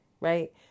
right